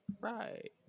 Right